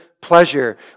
pleasure